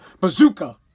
bazooka